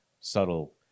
subtle